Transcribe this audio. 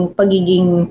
pagiging